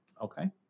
Okay